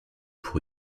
pour